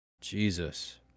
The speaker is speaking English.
Jesus